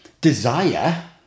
desire